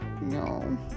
No